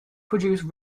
produced